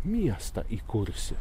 miestą įkursi